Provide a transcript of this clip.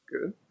Good